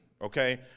Okay